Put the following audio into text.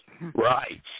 Right